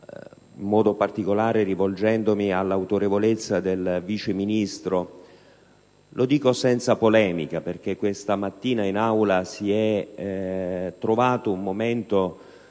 in modo particolare all'autorevolezza del Vice Ministro - senza polemica, perché questa mattina in Aula si è trovato un momento